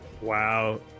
Wow